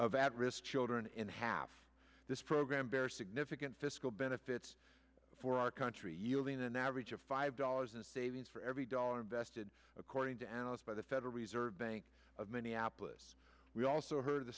of at risk children in half this program bear significant fiscal benefits for our country yielding an average of five dollars in savings for every dollar invested according to analysts by the federal reserve bank of minneapolis we also heard